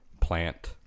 Plant